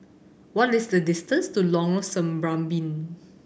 what is the distance to Lorong Serambi